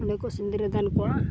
ᱚᱸᱰᱮᱠᱚ ᱥᱤᱸᱫᱽᱨᱟᱹᱫᱟᱱ ᱠᱚᱣᱟ